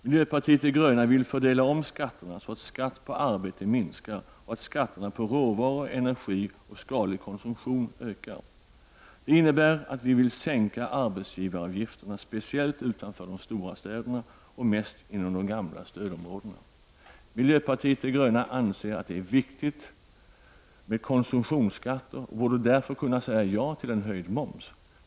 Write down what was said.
Miljöpartiet de gröna vill fördela om skatterna så att skatt på arbete minskar och skatterna på råvaror, energi och skadlig konsumtion ökas. Det innebär att vi vill sänka arbetsgivaravgifterna, speciellt utanför de stora städerna och mest inom de gamla stödområdena. Miljöpartiet de gröna anser att det är viktigt med konsumtionsskatter och borde därför kunna säga ja till en höjd moms.